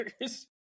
years